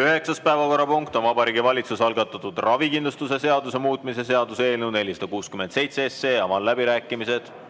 Üheksas päevakorrapunkt on Vabariigi Valitsuse algatatud ravikindlustuse seaduse muutmise seaduse eelnõu 467. Avan läbirääkimised.